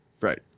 Right